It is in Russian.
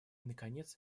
наконец